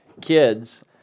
kids